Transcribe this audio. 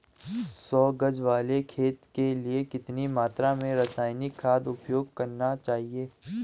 सौ गज वाले खेत के लिए कितनी मात्रा में रासायनिक खाद उपयोग करना चाहिए?